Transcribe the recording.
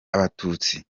abatutsi